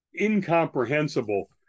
incomprehensible